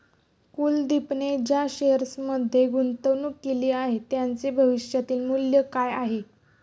कुलदीपने ज्या शेअर्समध्ये गुंतवणूक केली आहे, त्यांचे भविष्यातील मूल्य काय आहे?